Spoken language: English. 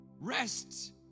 rest